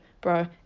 bro